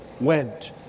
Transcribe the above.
went